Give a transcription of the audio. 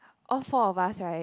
all four of us right